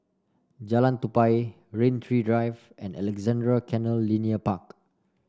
Jalan Tupai Rain Tree Drive and Alexandra Canal Linear Park